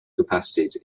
capacities